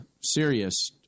serious